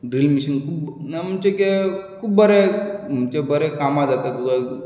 drill machine खूब म्हणजे की खूब बरें म्हणजे बरें कामां जाता